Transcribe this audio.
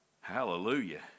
Hallelujah